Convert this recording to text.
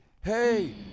hey